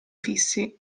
fissi